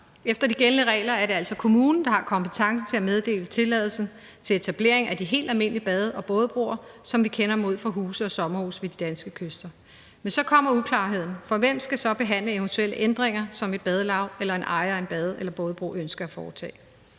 Efter de gældende regler er det altså kommunen, der har kompetencen til at meddele tilladelsen til etablering af de helt almindelige bade- og bådebroer, som vi kender dem ud for huse og sommerhuse ved de danske kyster. Men så kommer uklarheden, for hvem skal så behandle eventuelle ændringer, som et badelav eller en ejer af en bade- eller bådebro ønsker at foretage?